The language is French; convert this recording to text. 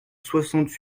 soixante